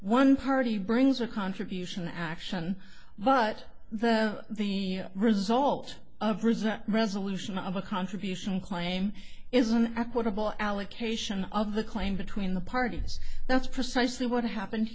one party brings a contribution action but the result of resent resolution of a contribution claim is an equitable allocation of the claim between the parties that's precisely what happened